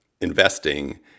investing